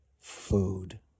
food